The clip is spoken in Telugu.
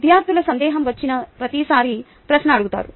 విద్యార్థులు సందేహం వచ్చిన ప్రతిసారీ ప్రశ్న అడగరు